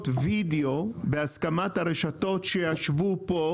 וידאו בהסכמת הרשתות הגדולות שישבו פה,